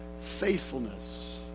faithfulness